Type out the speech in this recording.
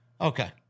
Okay